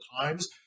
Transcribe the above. times